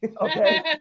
Okay